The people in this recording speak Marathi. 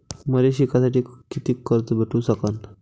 मले शिकासाठी कितीक कर्ज भेटू सकन?